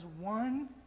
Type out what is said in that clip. one